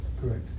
Correct